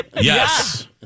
Yes